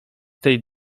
tej